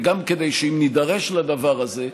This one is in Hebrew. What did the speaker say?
וגם כדי שאם נידרש לדבר הזה,